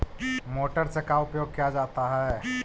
Motor से का उपयोग क्या जाता है?